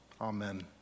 amen